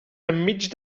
enmig